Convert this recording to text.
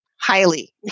Highly